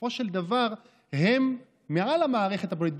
בסופו של דבר הם מעל המערכת הפוליטית.